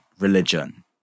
Religion